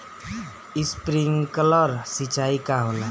Sprinkler सिंचाई का होला?